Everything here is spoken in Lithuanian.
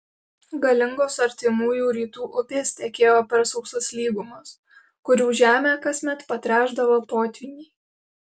galingos artimųjų rytų upės tekėjo per sausas lygumas kurių žemę kasmet patręšdavo potvyniai